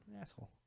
Asshole